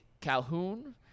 Calhoun